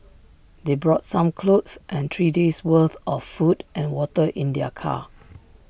they brought some clothes and three days' worth of food and water in their car